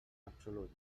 absolut